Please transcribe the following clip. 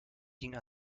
ginge